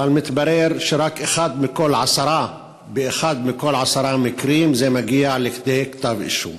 אבל מתברר שרק באחד מכל עשרה מקרים זה מגיע לידי כתב אישום.